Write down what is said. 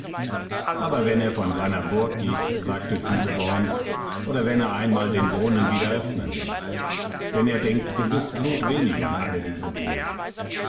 aber wenn er von seiner burg geht sagte kühleborn oder wenn er einmal den brunnen wieder öffnen läßt denn er denkt gewiß blutwenig an alle diese dinge